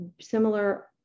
similar